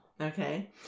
Okay